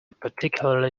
particularly